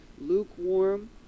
lukewarm